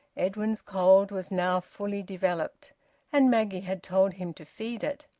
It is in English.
edwin's cold was now fully developed and maggie had told him to feed it.